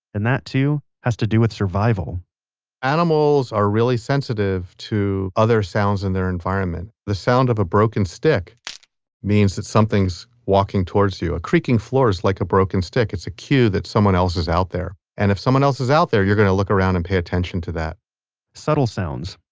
and that too, has to do with survival animals are really sensitive to other sounds in their environment. the sound of a broken stick means that something is walking towards you. a creaking floor is like a broken stick. it's a cue that someone else is out there, and if someone else is out there, you're going to look around and pay attention to that subtle sounds,